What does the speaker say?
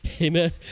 Amen